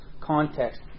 context